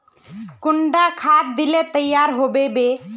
कुंडा खाद दिले तैयार होबे बे?